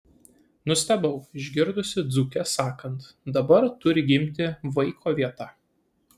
nustebau išgirdusi dzūkes sakant dabar turi gimti vaiko vieta